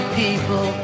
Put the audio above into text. people